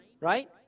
right